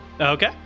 Okay